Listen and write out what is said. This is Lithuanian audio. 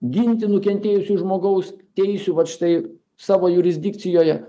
ginti nukentėjusių žmogaus teisių vat štai savo jurisdikcijoje